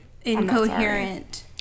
incoherent